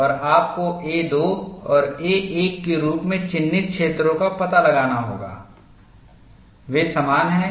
और आपको A2 और A1 के रूप में चिह्नित क्षेत्रों का पता लगाना होगा वे समान हैं